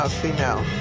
female